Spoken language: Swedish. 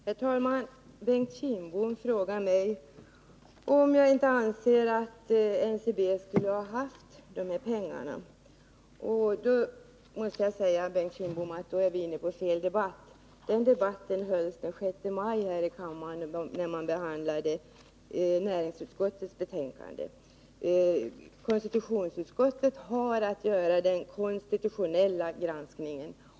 Herr talman! Bengt Kindbom frågar mig om jag inte anser att NCB skulle ha haft de här pengarna. Men då är vi, Bengt Kindbom, inne på fel debatt. Den debatten hölls den 6 maj här i kammaren, när vi behandlade näringsutskottets betänkande. Konstitutionsutskottet har att göra den konstitutionella granskningen.